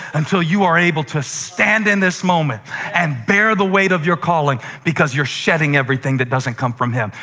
until you are able to stand in this moment and bear the weight of your calling because you're shedding everything that doesn't come from him,